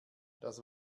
das